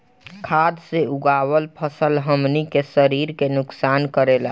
खाद्य से उगावल फसल हमनी के शरीर के नुकसान करेला